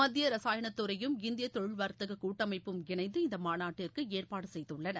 மத்திய ரசாயனத்துறையும் இந்திய தொழில் வாத்தக கூட்டமைப்பும் இணைந்து இந்த மாநாட்டிற்கு ஏற்பாடு செய்துள்ளன